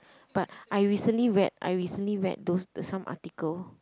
but I recently read I recently read those the some article